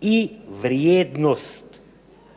i vrijednost. Dakle,